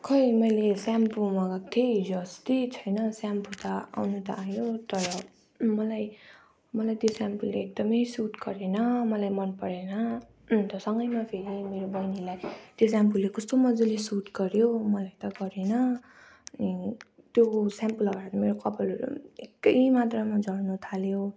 खै मैले सेम्पो मगाएको थिएँ हिजो अस्ति छैन सेम्पो त आउन त आयो तर मलाई मलाई त्यो सेम्पोले एकदम सुट गरेन मलाई मन परेन अन्त सँगैमा फेरि मेरो बहिनीलाई त्यो सेम्पोले कस्तो मजाले सुट गर्यो मलाई त गरेन अनि त्यो सेम्पो लगाएर त मेरो कपाल निकै मात्रमा झर्न थाल्यो